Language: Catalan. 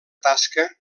tasca